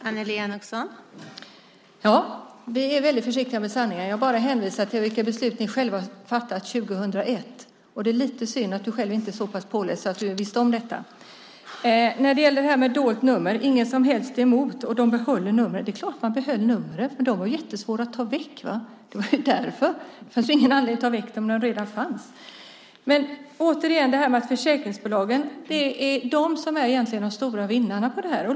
Fru talman! Ja, vi är väldigt försiktiga med sanningen. Jag vill bara hänvisa till det beslut som ni själva har fattat 2001. Det är lite synd att du själv inte är så pass påläst att du visste om detta. Jag har inget som helst mot dolt nummer och att folk behöll numret. Det är klart att de behöll numret, för det är jättesvårt att ta bort det. Det är därför. Det fanns ingen anledning att ta bort det när det redan fanns. Återigen: Det är försäkringsbolagen som är de stora vinnarna.